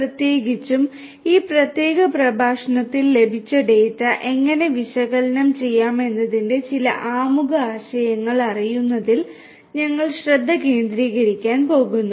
പ്രത്യേകിച്ചും ഈ പ്രത്യേക പ്രഭാഷണത്തിൽ ലഭിച്ച ഡാറ്റ എങ്ങനെ വിശകലനം ചെയ്യാമെന്നതിന്റെ ചില ആമുഖ ആശയങ്ങൾ അറിയുന്നതിൽ ഞങ്ങൾ ശ്രദ്ധ കേന്ദ്രീകരിക്കാൻ പോകുന്നു